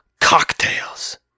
cocktails